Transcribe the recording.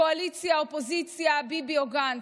קואליציה אופוזיציה, ביבי או גנץ.